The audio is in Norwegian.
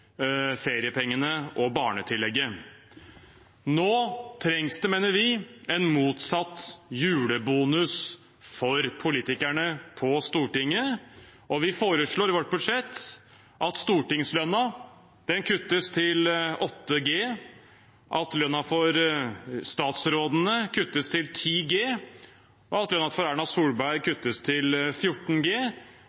feriepengene og barnetillegget. Nå trengs det, mener vi, en motsatt julebonus for politikerne på Stortinget. Vi foreslår i vårt budsjett at stortingslønnen kuttes til 8G, at statsrådenes lønn kuttes til 10G, og at Erna Solbergs lønn kuttes til